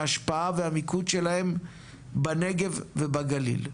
וההשפעה והמיקוד שלהם בנגב ובגליל.